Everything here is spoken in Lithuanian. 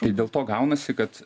tai dėl to gaunasi kad